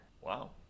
Wow